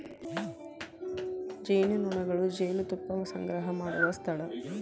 ಜೇನುನೊಣಗಳು ಜೇನುತುಪ್ಪಾ ಸಂಗ್ರಹಾ ಮಾಡು ಸ್ಥಳಾ